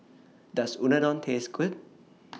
Does Unadon Taste Good